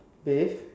bathe